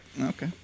okay